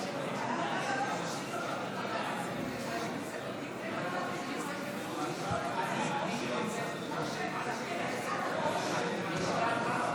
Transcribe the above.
60 נגד, גם הסתייגות זו לה התקבלה.